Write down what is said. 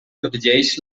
protegeix